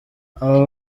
abo